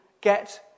get